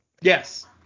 Yes